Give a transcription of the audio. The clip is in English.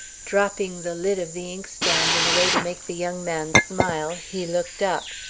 dropping the lid of the inkstand in a way to make the young man smile, he looked up.